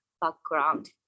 background